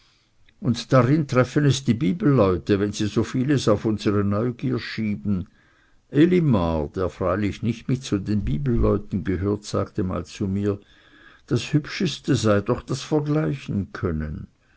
und darin treffen es die bibelleute wenn sie so vieles auf unsere neugier schieben elimar der freilich nicht mit zu den bibelleuten gehört sagte mal zu mir das hübscheste sei doch das vergleichenkönnen